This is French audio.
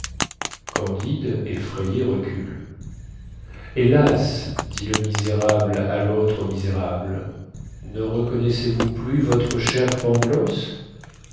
candide effrayé recule hélas dit le misérable à l'autre misérable ne reconnaissez-vous plus votre cher